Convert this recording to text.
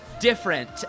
Different